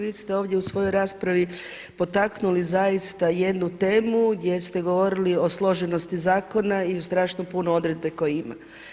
Vi ste ovdje u svojoj raspravi potaknuli zaista jednu temu gdje ste govorili o složenosti zakona i o strašno puno odredbe koje ima.